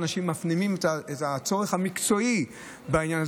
אנשים מפנימים את הצורך המקצועי בעניין הזה.